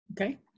Okay